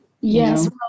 Yes